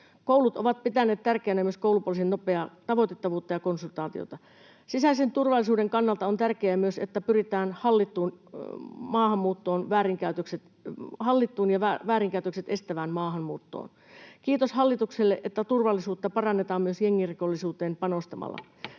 Koulut ovat pitäneet tärkeänä myös koulupoliisin nopeaa tavoitettavuutta ja konsultaatiota. Sisäisen turvallisuuden kannalta on tärkeää myös, että pyritään hallittuun ja väärinkäytökset estävään maahanmuuttoon. Kiitos hallitukselle, että turvallisuutta parannetaan myös jengirikollisuuteen panostamalla.